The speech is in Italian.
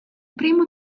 primo